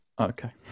okay